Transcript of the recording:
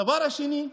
הדבר השני,